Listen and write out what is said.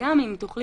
וגם אם תוכלי